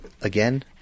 again